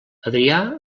adrià